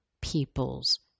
people's